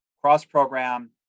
cross-program